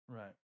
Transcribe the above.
right